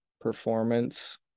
performance